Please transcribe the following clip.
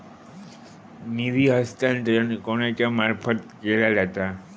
निधी हस्तांतरण कोणाच्या मार्फत केला जाता?